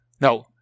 no